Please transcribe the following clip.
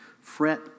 Fret